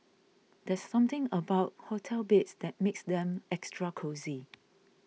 there's something about hotel beds that makes them extra cosy